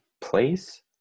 place